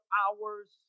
hours